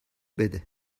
بده